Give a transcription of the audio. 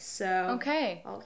Okay